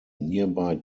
nearby